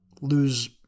lose